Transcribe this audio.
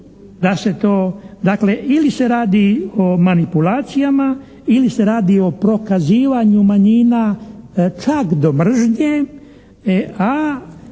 da se to, dakle ili se radi o manipulacijama ili se radi o prokazivanju manjina čak do mržnje, a